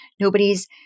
nobody's